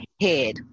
head